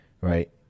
right